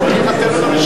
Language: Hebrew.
לבטל את הרשיון.